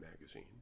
magazine